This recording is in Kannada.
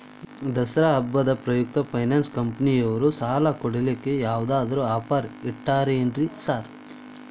ದಸರಾ ಹಬ್ಬದ ಪ್ರಯುಕ್ತ ಫೈನಾನ್ಸ್ ಕಂಪನಿಯವ್ರು ಸಾಲ ಕೊಡ್ಲಿಕ್ಕೆ ಯಾವದಾದ್ರು ಆಫರ್ ಇಟ್ಟಾರೆನ್ರಿ ಸಾರ್?